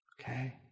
Okay